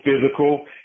physical